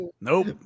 nope